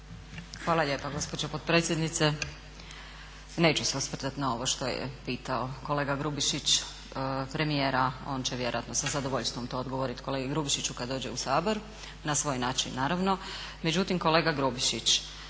Hvala lijepo gospođo potpredsjednice. Neću se osvrtati na ovo što je pitao kolega Grubišić premijera, on će vjerojatno sa zadovoljstvom to odgovoriti kolegi Grubišiću kad dođe u Sabor na svoj način naravno.